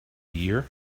year